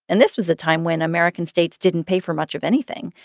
and this was a time when american states didn't pay for much of anything.